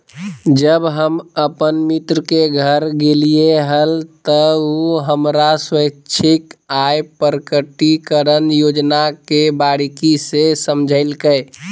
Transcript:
जब हम अपन मित्र के घर गेलिये हल, त उ हमरा स्वैच्छिक आय प्रकटिकरण योजना के बारीकि से समझयलकय